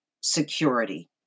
security